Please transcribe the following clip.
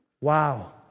wow